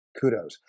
kudos